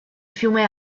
fiume